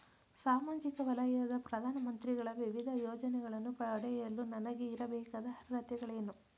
ಸಾಮಾಜಿಕ ವಲಯದ ಪ್ರಧಾನ ಮಂತ್ರಿಗಳ ವಿವಿಧ ಯೋಜನೆಗಳನ್ನು ಪಡೆಯಲು ನನಗೆ ಇರಬೇಕಾದ ಅರ್ಹತೆಗಳೇನು?